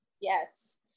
Yes